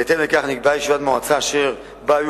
בהתאם לכך נקבעה ישיבת מועצה אשר בה היו